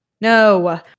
No